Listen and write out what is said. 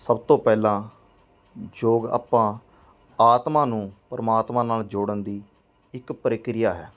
ਸਭ ਤੋਂ ਪਹਿਲਾਂ ਯੋਗ ਆਪਾਂ ਆਤਮਾ ਨੂੰ ਪਰਮਾਤਮਾ ਨਾਲ ਜੋੜਨ ਦੀ ਇੱਕ ਪ੍ਰਕਿਰਿਆ ਹੈ